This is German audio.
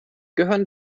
gehören